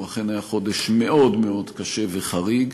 הוא אכן היה חודש מאוד מאוד קשה וחריג,